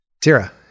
Tira